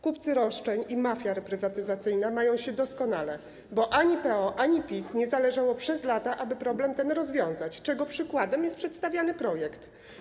Kupcy roszczeń i mafia reprywatyzacyjna mają się doskonale, bo ani PO, ani PiS nie zależało przez lata, aby ten problem rozwiązać, czego przykładem jest przedstawiany projekt.